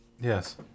Yes